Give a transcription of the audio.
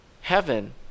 Heaven